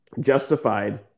Justified